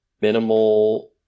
minimal